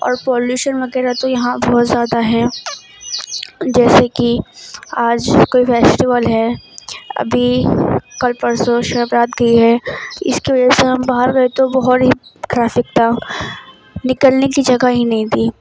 اور پولیوشن وغیرہ تو یہاں بہت زیادہ ہے جیسے کہ آج کوئی فیسٹول ہے ابھی کل پرسوں شو رات گئی ہے اس طرح سے ہم باہر رہتے بہت ہی ٹرافک تھا نکلنے کی جگہ ہی نہیں تھی